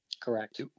Correct